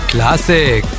Classic